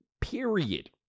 Period